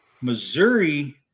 Missouri